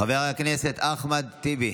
חבר הכנסת אחמד טיבי